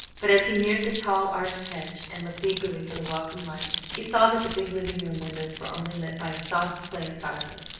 but as he neared the tall arched hedge, and looked eagerly for the welcome light, he saw that the big living-room windows were only lit by a soft play of firelight.